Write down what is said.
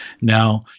now